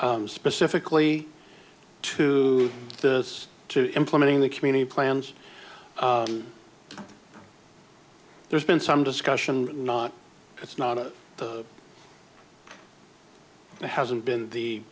specifically to this to implementing the community plans there's been some discussion not it's not it hasn't been the